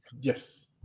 Yes